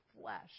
flesh